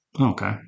Okay